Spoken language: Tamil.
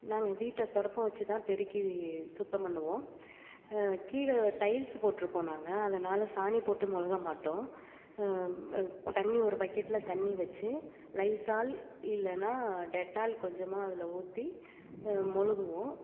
நாங்கள் வீட்டை துடப்பம் வெச்சு தான் பெருக்கி சுத்தம் பண்ணுவோம் கீழே டைல்ஸு போட்டிருக்கோம் நாங்கள் அதனால் சாணி போட்டு மொழுக மாட்டோம் தண்ணி ஒரு பக்கெட்டில் தண்ணி வெச்சு லைஸால் இல்லைன்னா டெட்டால் கொஞ்சமாக அதில் ஊற்றி மொழுகுவோம்